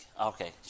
Okay